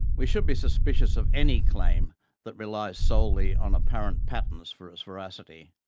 we should be suspicious of any claim that relies solely on apparent patterns for its veracity.